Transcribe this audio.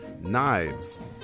Knives